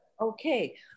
Okay